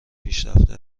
پیشرفته